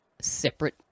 separate